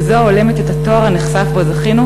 כזו ההולמת את התואר הנכסף שבו זכינו,